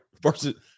Versus